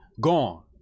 gone